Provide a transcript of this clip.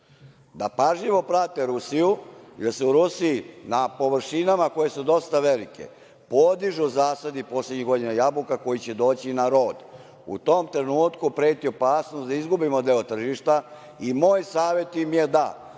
da pažljivo prate Rusiju, jer se u Rusiji na površinama koje su dosta velike podižu zasadi poslednjih godina, jabuka koji će doći na rod.U tom trenutku preti opasnost da izgubimo deo tržišta i moj savet im je da